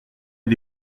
est